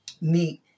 meet